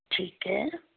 ਠੀਕ ਹੈ